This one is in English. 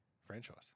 Franchise